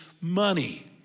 money